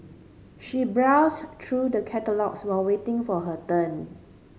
she browsed through the catalogues while waiting for her turn